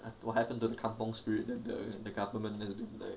what happen to the kampung spirit and the government has been like